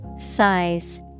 Size